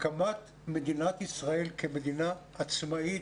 הקמת מדינת ישראל כמדינה עצמאית,